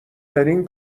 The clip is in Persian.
ترین